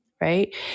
right